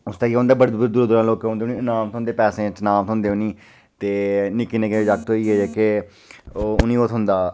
उस दिन केह् होंदा बड़े दूरा दूरा लोक औंदे न ते पैसे च ईनाम थ्होंदे उ'नेंगी ते निक्के निक्के जागत होई गे जेह्के उ'नेंगी ओह् थ्होंदा